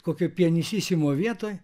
kokioj pjanisimo vietoj